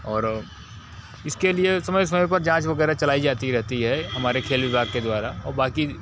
और इसके लिए समय समय पर जाँच वगैरह चलाई जाती रहती है हमारे खेल विभाग के द्वारा और बाकी